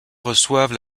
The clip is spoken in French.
reçoivent